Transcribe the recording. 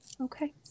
Okay